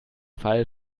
fall